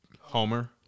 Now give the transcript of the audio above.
Homer